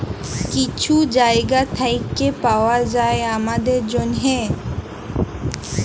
কিছু জায়গা থ্যাইকে পাউয়া যায় আমাদের জ্যনহে